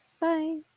bye